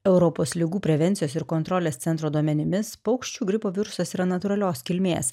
europos ligų prevencijos ir kontrolės centro duomenimis paukščių gripo virusas yra natūralios kilmės